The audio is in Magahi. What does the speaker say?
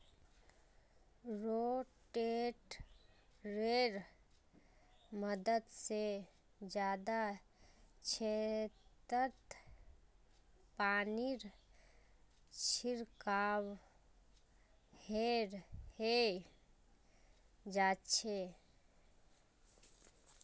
रोटेटरैर मदद से जादा क्षेत्रत पानीर छिड़काव हैंय जाच्छे